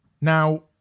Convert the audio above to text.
Now